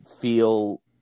feel